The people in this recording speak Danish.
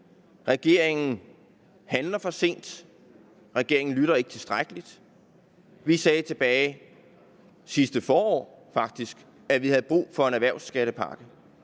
regeringen handler for sent og ikke lytter tilstrækkeligt. Vi sagde faktisk tilbage i sidste forår, at der var brug for en erhvervsskattepakke.